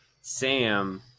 Sam